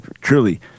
truly